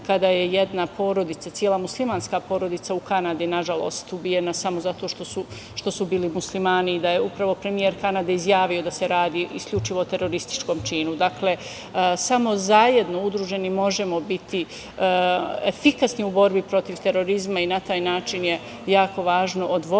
kada je cela jedna muslimanska porodica u Kanadi ubijena samo zato što su bili Muslimani, da je upravo premijer Kanade izjavio da se radio o isključivo terorističkom činu. Dakle, samo zajedno udruženi možemo biti efikasni u borbi protiv terorizma i na taj način je jako važno odvojiti